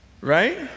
right